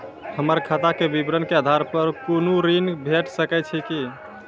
हमर खाता के विवरण के आधार प कुनू ऋण भेट सकै छै की?